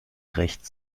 recht